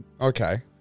Okay